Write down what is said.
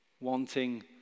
wanting